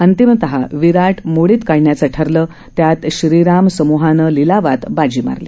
अंतिमतः विराट मोडित काढण्याचं ठरलं त्यात श्रीराम सम्हानं लिलावात बाजी मारली